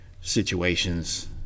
situations